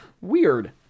weird